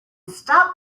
stop